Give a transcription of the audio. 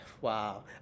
wow